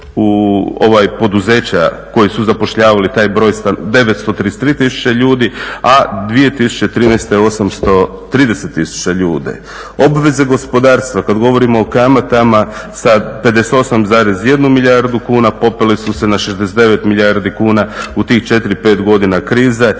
000, poduzeća koji su zapošljavali taj broj 933 000 ljudi, a 2013. 830 000 ljudi. Obveze gospodarstva kad govorimo o kamatama sa 58,1 milijardu kuna popele su se na 69 milijardi kuna u tih 4-5 godina krize.